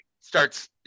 starts